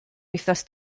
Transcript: wythnos